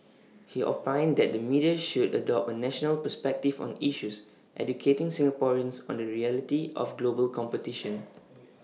he opined that the media should adopt A national perspective on issues educating Singaporeans on the reality of global competition